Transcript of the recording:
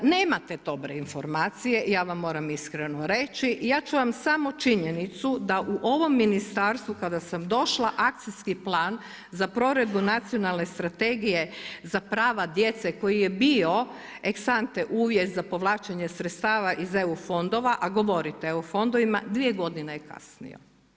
Nemate dobre informacije, ja vam moram iskreno reći i ja ću vam samo činjenicu da u ovom ministarstvu kada sam došla Akcijski plan za provedbu Nacionalne strategije za prava djece koji je bio ex ante uvjet za povlačenje sredstava iz EU fondova a govorite o EU fondovima, 2 godine je kasnio.